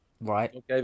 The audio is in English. right